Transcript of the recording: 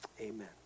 Amen